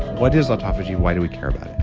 what is autophagy? why do we care about it?